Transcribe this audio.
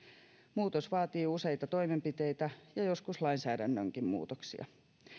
muutos vaatii useita toimenpiteitä ja joskus lainsäädännönkin muutoksia